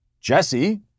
Jesse